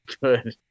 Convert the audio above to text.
good